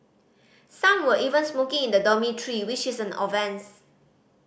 some were even smoking in the dormitory which is an offence